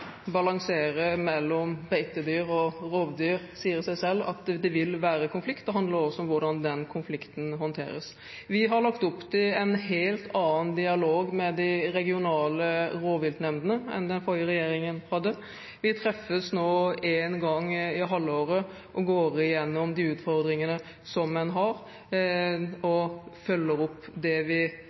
balansere mellom beitedyr og rovdyr vil innebære konflikt. Det handler også om hvordan den konflikten håndteres. Vi har lagt opp til en helt annen dialog med de regionale rovviltnemndene enn det den forrige regjeringen gjorde. Vi treffes én gang i halvåret, går igjennom de utfordringene en har, og følger opp videre det vi